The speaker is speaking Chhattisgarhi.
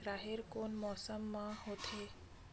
राहेर कोन मौसम मा होथे?